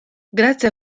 grazie